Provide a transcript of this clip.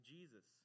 Jesus